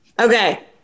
Okay